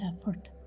effort